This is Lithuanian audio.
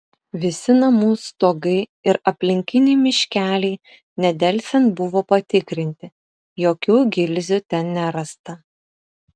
visi namų stogai ir aplinkiniai miškeliai nedelsiant buvo patikrinti jokių gilzių ten nerasta